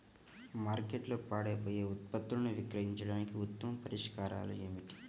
మార్కెట్లో పాడైపోయే ఉత్పత్తులను విక్రయించడానికి ఉత్తమ పరిష్కారాలు ఏమిటి?